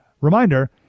Reminder